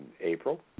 April